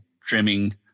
trimming